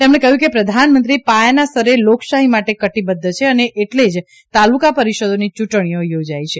તેમણે કહ્યું કે પ્રધાનમંત્રી પાયાના સ્તરે લોકશાહી માટે કટિબદ્ધ છે અને એટલે જ તાલુકા પરિષદોની યૂંટણીઓ યોજાઇ છે